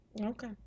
Okay